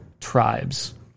tribes